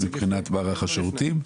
מבחינת מערך השירותים.